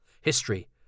History